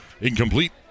Incomplete